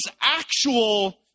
actual